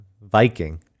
Viking